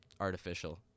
artificial